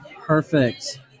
Perfect